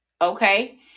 okay